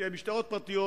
משטרות פרטיות